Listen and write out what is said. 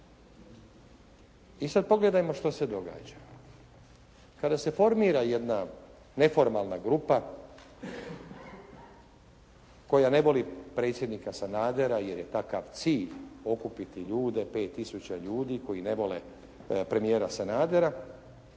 I sad pogledajmo što se događa. Kada se formira jedna neformalna grupa koja ne voli predsjednika Sanadera jer je takav cilj okupiti ljude, 5 tisuća ljudi koji ne vole predsjednika Sanadera